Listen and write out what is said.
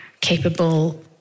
capable